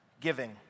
giving